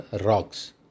rocks